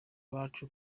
abacu